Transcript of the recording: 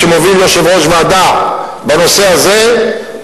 שמוביל ועדה בנושא הזה,